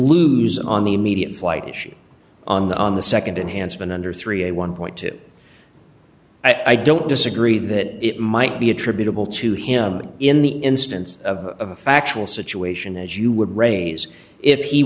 lose on the immediate flight issue on the on the nd enhanced been under three a one two i don't disagree that it might be attributable to him in the instance of a factual situation as you would raise if he